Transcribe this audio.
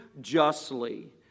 justly